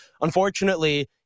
Unfortunately